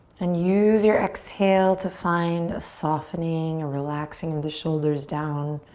and use your exhale to find a softening, a relaxing the shoulders down.